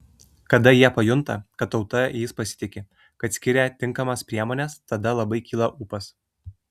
kada jie pajunta kad tauta jais pasitiki kad skiria tinkamas priemones tada labai kyla ūpas